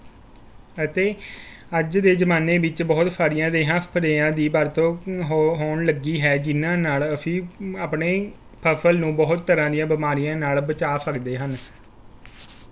ਅਤੇ ਅੱਜ ਦੇ ਜ਼ਮਾਨੇ ਵਿੱਚ ਬਹੁਤ ਸਾਰੀਆਂ ਰੇਹਾਂ ਸਪਰੇਆਂ ਦੀ ਵਰਤੋਂ ਹੋ ਹੋਣ ਲੱਗੀ ਹੈ ਜਿਹਨਾਂ ਨਾਲ ਅਸੀਂ ਆਪਣੀ ਫ਼ਸਲ ਨੂੰ ਬਹੁਤ ਤਰ੍ਹਾਂ ਦੀਆਂ ਬਿਮਾਰੀਆਂ ਨਾਲ ਬਚਾ ਸਕਦੇ ਹਨ